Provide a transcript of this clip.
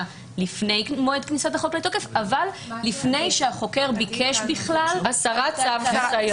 לפני מועד כניסת החוק לתוקף אבל לפני שהחוקר ביקש בכלל הסרת צו חיסיון.